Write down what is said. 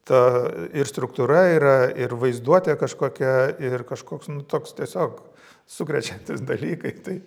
ta ir struktūra yra ir vaizduotė kažkokia ir kažkoks nu toks tiesiog sukrečiantys dalykai tai